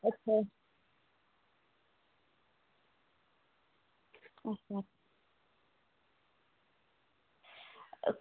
अच्छा